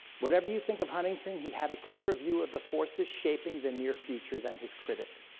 whatever you think of huntington, he had a clearer view of the forces shaping the near future than his critic.